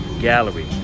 Gallery